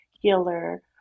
healer